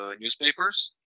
newspapers